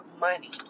money